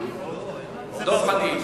דב חנין.